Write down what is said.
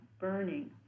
burning